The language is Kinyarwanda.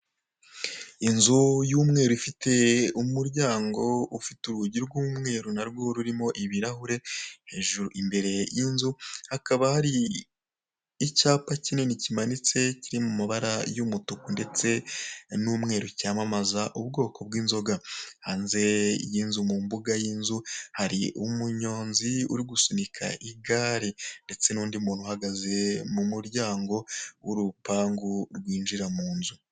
Inzu y'umweru ifite umuryango ufite urugi rw'umweru narwo rurimo ibirahure hejuru imbere y'inzu hakaba hari icyapa kinini kimanitse kiri mu mabara y'umutuku ndetse n'umweru cyamamaza ubwoko bw'inzoga hanze y'inzu mu mbuga y'inzu hari umunyonzi uri gusunika igare ndetse n'undi muntu uhagaze mu muryango w'urupangu rwinjira mu nzu.